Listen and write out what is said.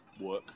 work